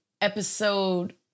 episode